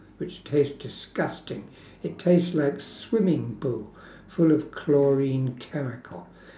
which taste disgusting it taste like swimming pool full of chlorine chemical